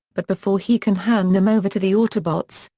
but before he can hand them over to the autobots,